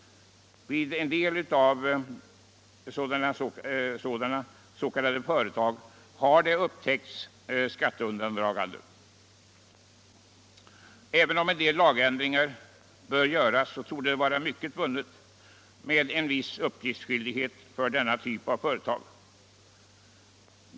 Vid en del sådana s.k. företag har det upptäckts skatteundandragande. Även om en del lagändringar bör göras, torde mycket vara vunnet med en viss uppgiftsskyldighet för denna typ av företag.